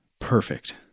Perfect